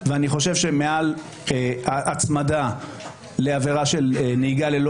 ואני חושב שההצמדה לעבירה של נהיגה ללא